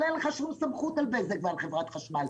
אבל אין לך שום סמכות על בזק ועל חברת חשמל.